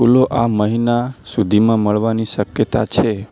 ફૂલો આ મહિના સુધીમાં મળવાની શક્યતા છે